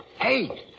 Hey